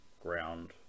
ground